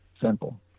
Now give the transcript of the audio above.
simple